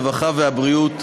הרווחה והבריאות,